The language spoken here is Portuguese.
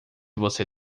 você